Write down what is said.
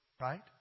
Right